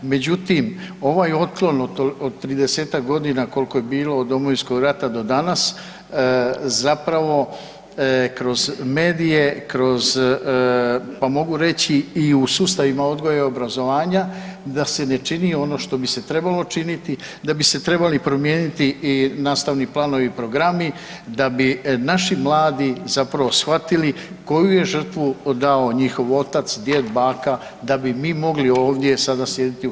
Međutim, ovaj otklon od 30-tak godina kolko je bilo od Domovinskog rata do danas zapravo kroz medije i kroz, pa mogu reći i u sustavima odgoja i obrazovanja da se ne čini ono što bi se trebalo činiti, da bi se trebali promijeniti i nastavni planovi i programi da bi naši mladi zapravo shvatili koju je žrtvu dao njihov otac, djed, baka, da bi mi mogli ovdje sada sjediti u HS.